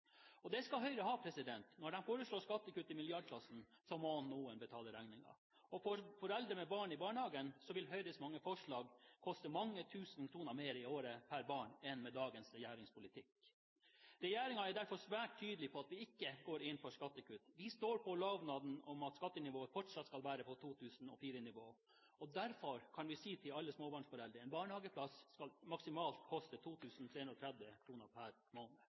maksprisen. Det skal Høyre ha – når de foreslår skattekutt i milliardklassen, må noen betale regningen. For foreldre med barn i barnehagen vil Høyres mange forslag koste mange tusen kroner mer i året per barn enn med politikken til dagens regjering. Regjeringen er derfor svært tydelig på at den ikke går inn for skattekutt. Vi står på lovnaden om at skattenivået fortsatt skal være på 2004-nivå. Derfor kan vi si til alle småbarnsforeldre: En barnehageplass skal maksimalt koste 2 330 kr per måned.